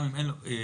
גם אם אין לו ביטוח,